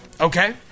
Okay